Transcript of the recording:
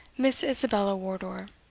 miss isabella wardour,